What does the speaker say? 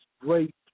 great